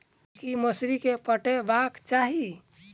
की मौसरी केँ पटेबाक चाहि?